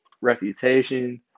reputation